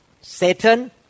Satan